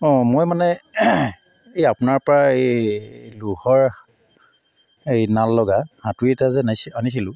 অঁ মই মানে এই আপোনাৰ পৰা এই লোহাৰ এই নাল লগা হাতুৰী এটা যে নিচ আনিছিলো